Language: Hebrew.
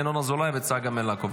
ינון אזולאי וצגה מלקו,